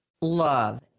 love